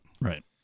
Right